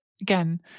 again